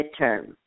midterm